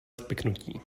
spiknutí